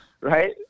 Right